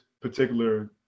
particular